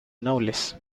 nobles